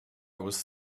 was